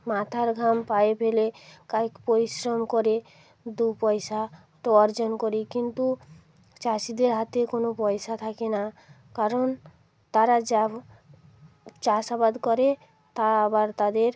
মাথার ঘাম পায়ে ফেলে কায়িক পরিশ্রম করে দু পয়সা তো অর্জন করি কিন্তু চাষিদের হাতে কোনো পয়সা থাকে না কারণ তারা যাব চাষাবাদ করে তা আবার তাদের